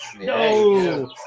No